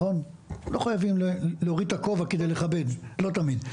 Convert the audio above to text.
לא חייבים להוריד את הכובע כדי לכבד, לא תמיד.